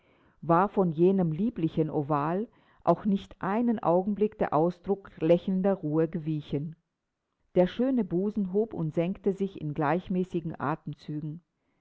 war von jenem lieblichen oval auch nicht einen augenblick der ausdruck lächelnder ruhe gewichen der schöne busen hob und senkte sich in gleichmäßigen atemzügen